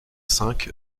cinq